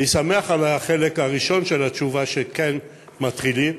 אני שמח על החלק הראשון של התשובה שכן מתחילים,